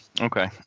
okay